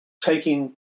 taking